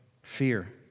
Fear